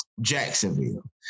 Jacksonville